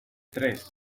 tres